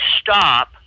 stop